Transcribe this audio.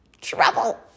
trouble